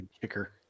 kicker